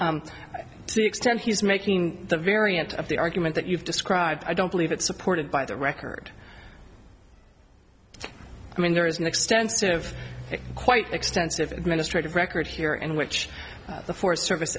the extent he's making the variant of the argument that you've described i don't believe it's supported by the record i mean there is an extensive quite extensive administrative record here in which the forest service